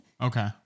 Okay